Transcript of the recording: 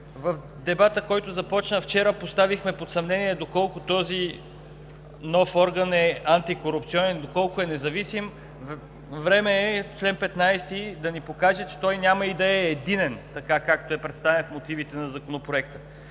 В дебата, който започна вчера, поставихме под съмнение доколко този нов орган е антикорупционен, доколко е независим. Време е чл. 15 да ни покаже, че той няма и да е единен, така както е представен в мотивите на Законопроекта.